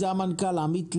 המנכ"ל זה עמית לנג,